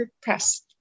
Press